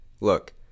Look